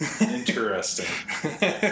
Interesting